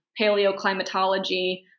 paleoclimatology